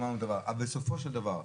אבל בסופו של דבר,